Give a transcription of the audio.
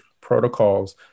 protocols